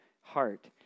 heart